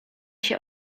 się